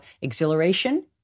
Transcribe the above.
exhilaration